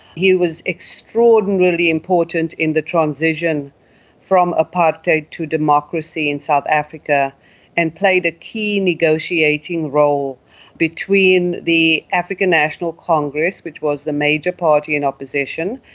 he was extraordinarily important in the transition from apartheid to democracy in south africa and played a key negotiating role between the african national congress, which was the major party in opposition,